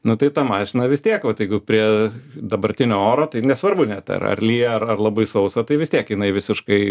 nu tai ta mašina vis tiek vat jeigu prie dabartinio oro tai nesvarbu net ar lyja ar labai sausa tai vis tiek jinai visiškai būna